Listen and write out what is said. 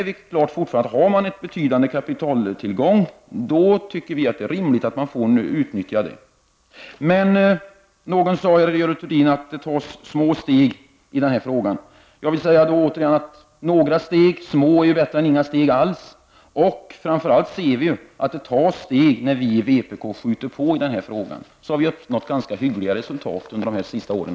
Vi anser fortfarande att det är rimligt att den som har betydande kapitaltillgångar får utnyttja denna möjlighet. Görel Thurdin sade att det tas små steg i denna fråga. Jag vill säga att några små steg är bättre än inga steg alls. Framför allt kan man se att sådana steg tas när vi i vpk skjuter på i denna fråga, och det har uppnåtts ganska hyggliga resultat under de senaste åren.